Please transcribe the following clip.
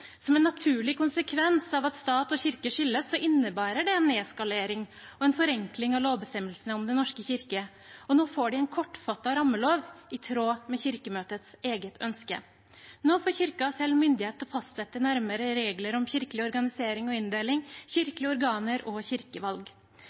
Som en naturlig konsekvens av at stat og kirke skilles, innebærer det en nedskalering og en forenkling av lovbestemmelsene om Den norske kirke, og de får nå en kortfattet rammelov i tråd med Kirkemøtets eget ønske. Nå får Kirken selv myndighet til å fastsette nærmere regler om kirkelig organisering og inndeling,